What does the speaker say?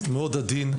עדין מאוד,